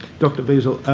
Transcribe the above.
dr wiesel,